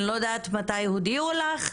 אני לא יודעת מתי הודיעו לך,